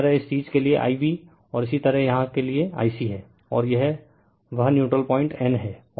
इसी तरह इस चीज़ के लिए Ib और इसी तरह यहाँ के लिए I c है और यह वह न्यूट्रल पॉइंट N है